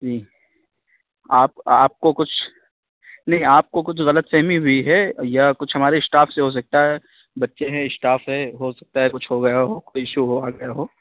جی آپ آپ کو کچھ نہیں آپ کو کچھ غلط فہمی ہوئی ہے یا کچھ ہمارے اسٹاف سے ہو سکتا ہے بچے ہیں اسٹاف ہے ہو سکتا ہے کچھ ہو گیا ہو کوئی ایشو ہو آ گیا ہو